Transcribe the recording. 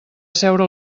asseure